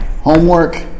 homework